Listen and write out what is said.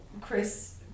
Chris